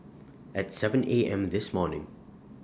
At seven A M This morning